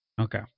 Okay